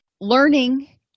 learning